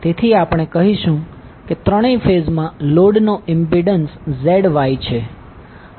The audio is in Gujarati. તેથી આપણે કહીશું કે ત્રણેય ફેઝમાં લોડનો ઈમ્પીડંસ ZY છે